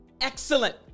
Excellent